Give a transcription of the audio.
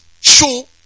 show